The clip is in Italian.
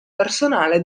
personale